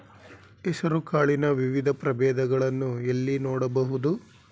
ಹೆಸರು ಕಾಳಿನ ವಿವಿಧ ಪ್ರಭೇದಗಳನ್ನು ಎಲ್ಲಿ ನೋಡಬಹುದು?